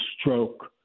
stroke